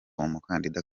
umukandida